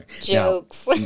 jokes